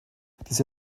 diese